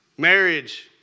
Marriage